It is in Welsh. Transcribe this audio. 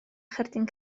cherdyn